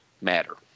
matter